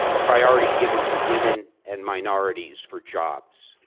priority given to women and minorities for jobs,